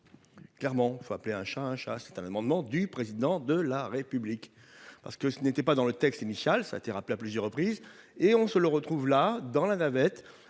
Clairement, faut appeler un chat un chat. C'est un amendement du président de la République parce que ce n'était pas dans le texte initial. Ça a été rappelé à plusieurs reprises et on se le retrouve là dans la navette.